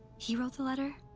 he wrote the letter?